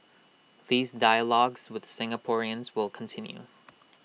these dialogues with Singaporeans will continue